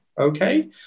Okay